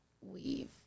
weave